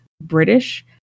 British